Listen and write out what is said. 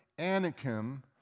Anakim